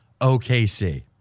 OKC